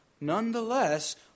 nonetheless